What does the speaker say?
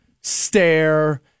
stare